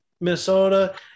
Minnesota